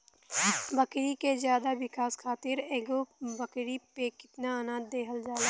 बकरी के ज्यादा विकास खातिर एगो बकरी पे कितना अनाज देहल जाला?